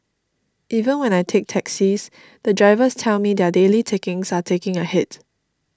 even when I take taxis the drivers tell me their daily takings are taking a hit